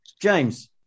James